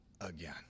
again